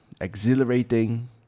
Exhilarating